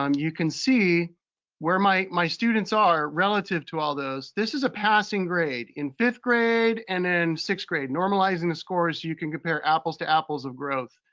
um you can see where my my students are relative to all those, this is a passing grade in fifth grade and in sixth grade. normalizing the scores, you can compare apples to apples of growth.